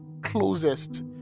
closest